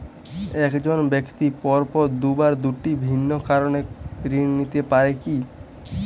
এক জন ব্যক্তি পরপর দুবার দুটি ভিন্ন কারণে ঋণ নিতে পারে কী?